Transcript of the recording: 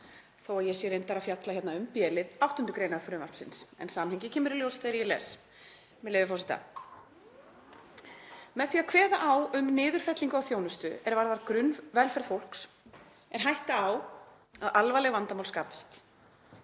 að ég sé reyndar að fjalla hérna um b-lið 8. gr. frumvarpsins, en samhengið kemur í ljós þegar ég les, með leyfi forseta: „Með því að kveða á um niðurfellingu á þjónustu er varðar grunnvelferð fólks er hætta á að alvarleg vandamál skapist.